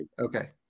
Okay